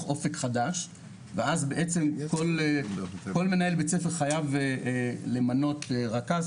אופק חדש ואז בעצם כל מנהל בית ספר חייב למנות רכז,